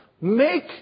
Make